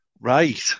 Right